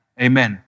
Amen